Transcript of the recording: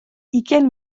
ugain